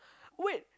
wait